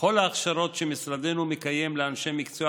בכל ההכשרות שמשרדנו מקיים לאנשי מקצוע